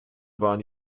waren